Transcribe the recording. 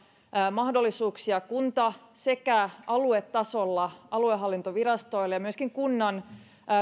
mahdollisuuksia kunta sekä aluetasolla aluehallintovirastoille ja myöskin kunnan